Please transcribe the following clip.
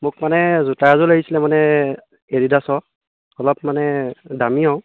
মোক মানে জোতা এযোৰ লাগিছিলে মানে এডিডাচৰ অলপ মানে দামী আৰু